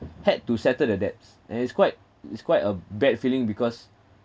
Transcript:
had to settle the debts and it's quite it's quite a bad feeling because